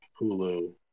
Hulu